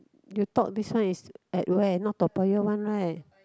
you talk this one is at where not Toa-Payoh one right